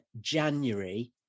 January